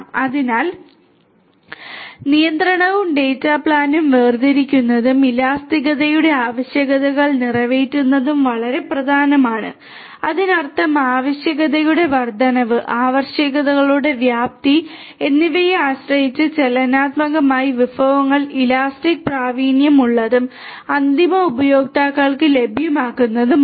അതിനാൽ നിയന്ത്രണവും ഡാറ്റ പ്ലാനുകളും വേർതിരിക്കുന്നതും ഇലാസ്തികതയുടെ ആവശ്യകതകൾ നിറവേറ്റുന്നതും വളരെ പ്രധാനമാണ് അതിനർത്ഥം ആവശ്യകതകളുടെ വർദ്ധനവ് ആവശ്യകതകളുടെ വ്യാപ്തി എന്നിവയെ ആശ്രയിച്ച് ചലനാത്മകമായി വിഭവങ്ങൾ ഇലാസ്റ്റിക് പ്രാവീണ്യമുള്ളതും അന്തിമ ഉപയോക്താക്കൾക്ക് ലഭ്യമാക്കുന്നതുമാണ്